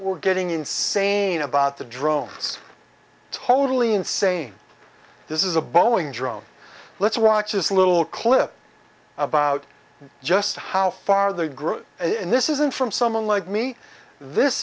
were getting insane about the drones totally insane this is a boeing drone let's watch this little clip about just how far the group in this isn't from someone like me this